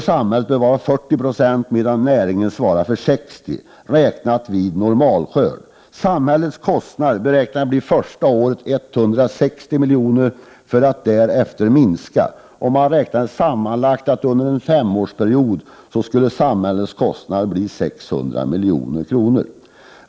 Samhällets andel bör vara 40 96, medan näringen skulle ansvara för 60 96 räknat på normalskörd. Samhällets kostnader beräknades första året bli 160 milj.kr. De skulle därefter minska. Det beräknades att under en femårsperiod samhällets kostnader sammanlagt skulle bli 600 milj.kr.